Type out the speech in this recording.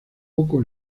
poco